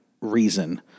reason